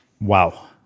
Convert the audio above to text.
Wow